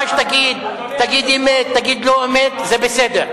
מה שתגיד, תגיד אמת, תגיד לא-אמת, זה בסדר.